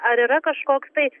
ar yra kažkoks tai